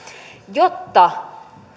jotta